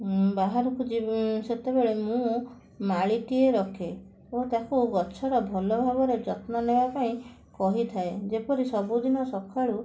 ବାହାରକୁ ଯି ସେତେବେଳେ ମୁଁ ମାଳିଟିଏ ରଖେ ଓ ତାକୁ ଗଛର ଭଲ ଭାବରେ ଯତ୍ନ ନେବାପାଇଁ କହିଥାଏ ଯେପରି ସବୁଦିନ ସଖାଳୁ